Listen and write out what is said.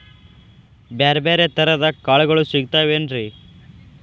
ಬ್ಯಾರೆ ಬ್ಯಾರೆ ತರದ್ ಕಾಳಗೊಳು ಸಿಗತಾವೇನ್ರಿ?